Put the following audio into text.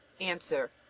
Answer